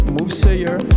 Movesayer